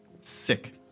Sick